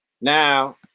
Now